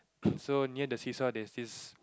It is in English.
so near the see saw there's this